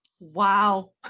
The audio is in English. Wow